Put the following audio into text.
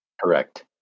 Correct